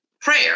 prayer